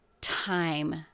time